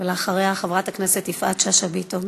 אחריה, חברת הכנסת יפעת שאשא ביטון.